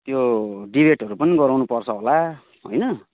त्यो डिबेटहरू पनि गराउनुपर्छ होला होइन